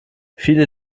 viele